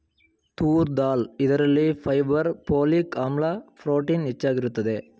ತೂರ್ ದಾಲ್ ಇದರಲ್ಲಿ fibre, folic ಆಮ್ಲ, ಪ್ರೋಟೀನ್ ಹೆಚ್ಚಾಗಿರುತ್ತದೆ